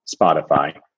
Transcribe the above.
Spotify